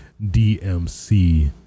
DMC